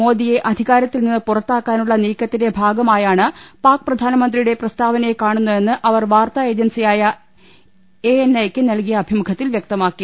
മോദിയെ അധികാരത്തിൽ നിന്ന് പുറത്താക്കാനുള്ള നീക്കത്തിന്റെ ഭാഗമായാണ് പാക് പ്രധാനമന്ത്രിയുടെ പ്രസ്താവനയെ കാണു ന്നതെന്ന് അവർ വാർത്താ ഏജൻസിയായ എ എൻ ഐയ്ക്ക് നൽകിയ അഭിമുഖത്തിൽ വ്യക്തമാക്കി